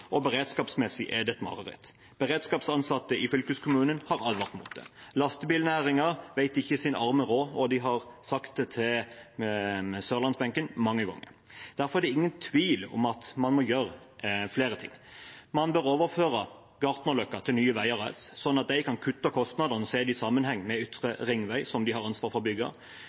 og beredskapsmessig er det et mareritt. Beredskapsansatte i fylkeskommunen har advart mot det. Lastebilnæringen vet ikke sin arme råd, og de har sagt det til sørlandsbenken mange ganger. Derfor er det ingen tvil om at man må gjøre flere ting. Man bør overføre Gartnerløkka til Nye Veier AS, sånn at de kan kutte kostnadene og se det i sammenheng med Ytre ringvei, som de har ansvar for å bygge.